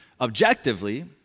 objectively